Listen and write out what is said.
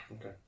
Okay